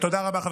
תודה רבה.